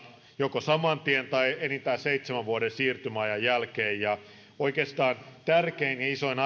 joko saman tien tai enintään seitsemän vuoden siirtymäajan jälkeen oikeastaan tärkein ja isoin